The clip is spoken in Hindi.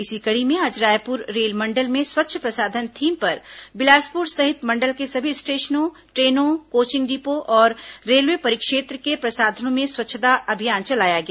इसी कड़ी में आज रायपुर रेलमंडल में स्वच्छ प्रसाधन थीम पर बिलासपुर सहित मंडल के सभी स्टेशनों ट्रेनों कोचिंग डिपो और रेलवे परिक्षेत्र के प्रसाधनों में स्वच्दता अभियान चलाया गया